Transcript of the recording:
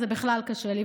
אז זה בכלל קשה לי.